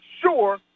sure